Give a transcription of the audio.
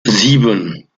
sieben